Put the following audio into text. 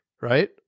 Right